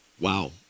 Wow